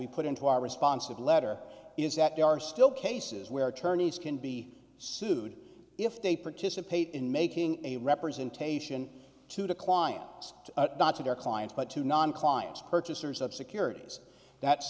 we put into our responsive letter is that there are still cases where attorneys can be sued if they participate in making a representation to the clients not to their clients but to non clients purchasers of securities that